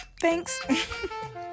Thanks